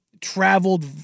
traveled